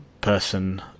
person